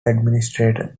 administrator